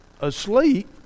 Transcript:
Asleep